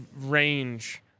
range